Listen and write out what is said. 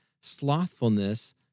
Slothfulness